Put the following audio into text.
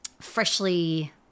freshly